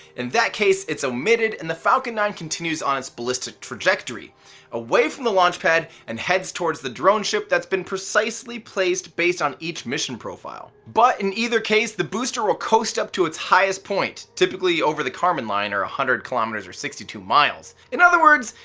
in that case it's omitted and the falcon nine continues on its ballistic trajectory away from the launch pad and heads towards the drone ship that's been precisely placed based on each mission profile. but in either case, the booster will coast up to its highest point, typically over the karman line or one hundred kilometers or sixty two miles. in other words,